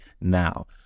now